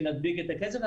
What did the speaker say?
שנדביק את הקצב,